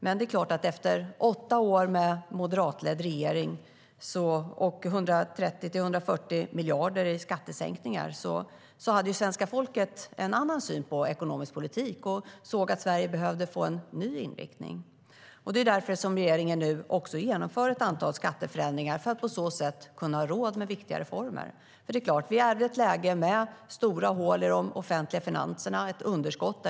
Men efter åtta år med en moderatledd regering och 130-140 miljarder i skattesänkningar hade svenska folket en annan syn på ekonomisk politik och såg att Sverige behövde en ny inriktning. Därför genomför regeringen nu ett antal skatteförändringar för att på så sätt kunna ha råd med viktiga reformer. Vi är i ett läge med stora hål i de offentliga finanserna och ett underskott.